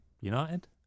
United